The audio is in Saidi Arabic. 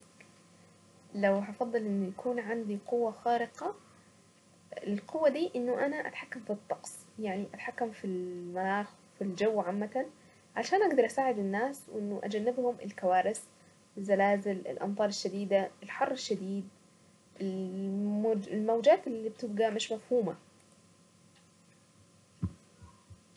لو هافضل ان يكون عندي قوة خارقة. القوة دي انه انا اتحكم في الطقس يعني اتحكم في المناخ في الجو عامة، عشان اقدر اساعد الناس وانه اجنبهم الكوارث، الزلازل، الامطار الشديدة الحر الشديد، الموجات اللي بتبقى مش مفهومة.